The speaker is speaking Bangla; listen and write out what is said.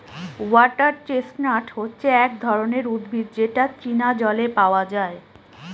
ওয়াটার চেস্টনাট হচ্ছে এক ধরনের উদ্ভিদ যেটা চীনা জলে পাওয়া যায়